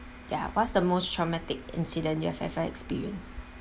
ya what's the most traumatic incident you've ever experienced